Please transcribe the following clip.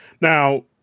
Now